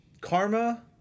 Karma